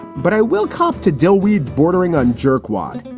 but i will cop to dill weed bordering on jerk wad.